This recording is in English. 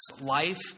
life